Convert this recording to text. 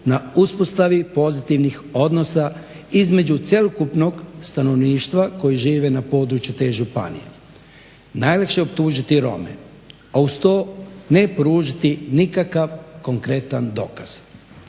na uspostavi pozitivnih odnosa između cjelokupnog stanovništva koji žive na području te županije. Najlakše je optužiti Rome, a uz to ne pružiti nikakav konkretan dokaz.